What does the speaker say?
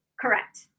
Correct